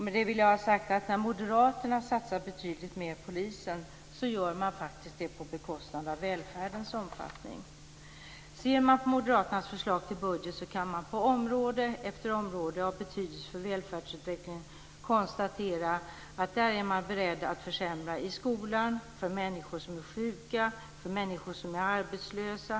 Med det vill jag ha sagt att moderaterna, när de satsar betydligt mer på polisen, faktiskt gör det på bekostnad av välfärdens omfattning. Ser man på moderaternas förslag till budget kan man på område efter område av betydelse för välfärdsutvecklingen konstatera att moderaterna är beredda att försämra. Det gäller i skolan, för människor som är sjuka och för människor som är arbetslösa.